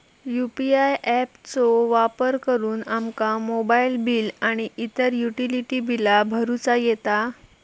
UPI app चो वापर करुन आमका मोबाईल बिल आणि इतर युटिलिटी बिला भरुचा येता